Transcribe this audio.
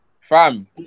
Fam